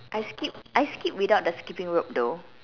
I skip I skip without the skipping rope though